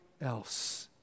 else